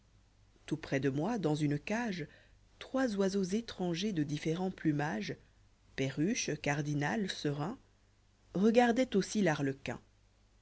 tout près de moi dans une cage trois oiseaux étrangers de différent plumage perruche cardinal serin regârdôiént aussi l'arlequin